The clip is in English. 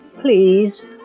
Please